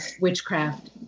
witchcraft